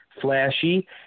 flashy